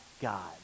God